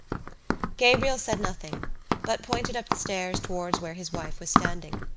gabriel said nothing but pointed up the stairs towards where his wife was standing.